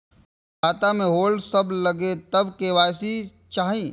खाता में होल्ड सब लगे तब के.वाई.सी चाहि?